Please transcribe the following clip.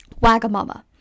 wagamama